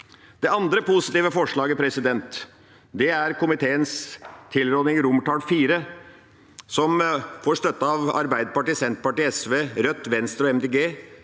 Det andre positive forslaget er komiteens tilråding IV, som får støtte av Arbeiderpartiet, Senterpartiet, SV, Rødt, Venstre og